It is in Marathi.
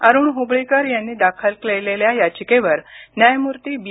अरुण हुबळीकर यांनी दाखल केलेल्या याचिकेवर न्यायमूर्ती बी